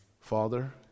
Father